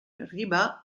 riba